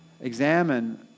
examine